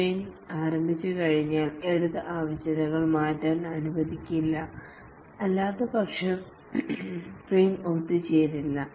sprint ആരംഭിച്ചുകഴിഞ്ഞാൽ എടുത്ത ആവശ്യകതകൾ മാറ്റാൻ അനുവദിക്കില്ല അല്ലാത്തപക്ഷം സ്പ്രിന്റ് ഒത്തുചേരില്ല